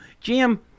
Jim